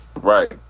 right